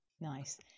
Nice